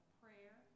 prayer